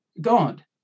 God